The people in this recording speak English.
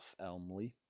Elmley